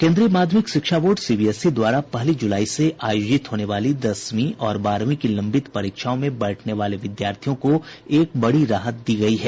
केंद्रीय माध्यमिक शिक्षा बोर्ड सीबीएसई द्वारा पहली जुलाई से आयोजित होने वाली दसवीं वीं और बारहवीं की लंबित परीक्षाओं में बैठने वाले विद्यार्थियों को एक बड़ी राहत दी है